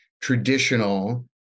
traditional